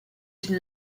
une